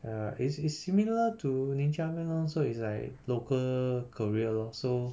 uh it's it's similar to Ninja Van lor so it's like local courier lor so